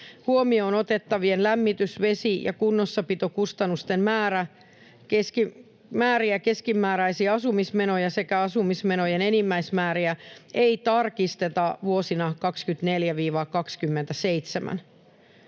huomioon otettavien lämmitys-, vesi- ja kunnossapitokustannusten määriä, keskimääräisiä asumismenoja sekä asumismenojen enimmäismääriä ei tarkisteta vuosina 24—27.